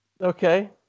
Okay